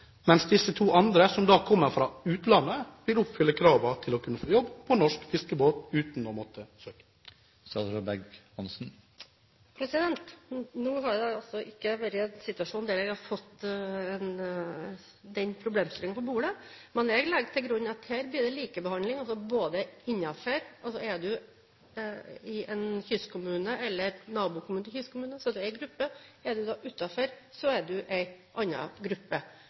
mens de to andre, som da kommer fra utlandet, vil oppfylle kravene til å kunne få jobb på norsk fiskebåt uten å måtte søke? Nå har det ikke vært en situasjon der jeg har fått den problemstillingen på bordet, men jeg legger til grunn at her blir det likebehandling. Bor du i en kystkommune eller nabokommune til en kystkommune, tilhører du én gruppe, er du utenfor, tilhører du en annen gruppe, og må da ha dispensasjon hvis du skal … President, når jeg tenker meg om, må det